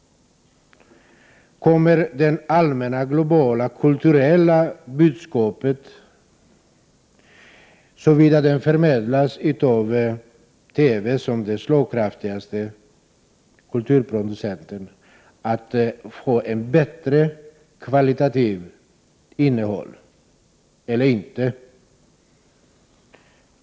Kommer det allmänna globala kulturella budskapet, till den del det förmedlas av TV som den slagkraftigaste kulturproducenten, att få ett bättre kvalitativt innehåll eller inte?